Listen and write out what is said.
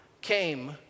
came